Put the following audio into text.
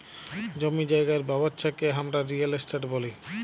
জমি জায়গার ব্যবচ্ছা কে হামরা রিয়েল এস্টেট ব্যলি